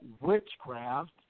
witchcraft